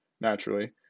naturally